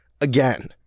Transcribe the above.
again